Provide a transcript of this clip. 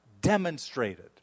demonstrated